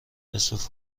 نصف